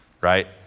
right